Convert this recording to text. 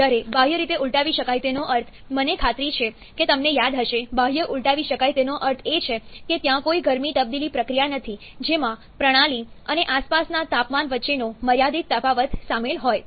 જ્યારે બાહ્ય રીતે ઉલટાવી શકાય તેનો અર્થ મને ખાતરી છે કે તમને યાદ હશે બાહ્ય ઉલટાવી શકાય તેનો અર્થ એ છે કે ત્યાં કોઈ ગરમી તબદીલી પ્રક્રિયા નથી જેમાં પ્રણાલી અને આસપાસના તાપમાન વચ્ચેનો મર્યાદિત તફાવત સામેલ હોય